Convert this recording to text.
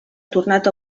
tornat